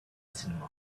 cinema